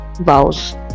vows